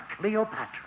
Cleopatra